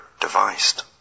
devised